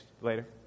later